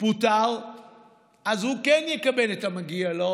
פוטר אז הוא כן יקבל את המגיע לו,